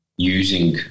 using